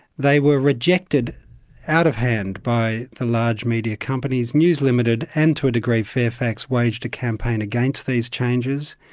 they were rejected out of hand by the large media companies. news ltd, and to a degree fairfax waged a campaign against these changes,